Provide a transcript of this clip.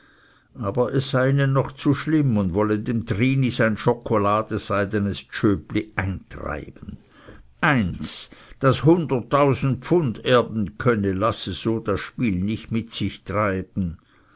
aber es sei ihnen noch zu schlimm und wolle dem trini sein schokelaseidenes tschöpli eintreiben eins das hunderttausend pfund erben könne lasse so das spiel nicht mit sich treiben